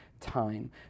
time